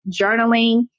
journaling